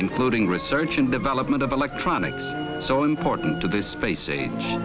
including research and development of electronics so important to this space age